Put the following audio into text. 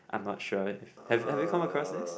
I'm not sure have you come across this